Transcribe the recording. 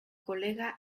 colega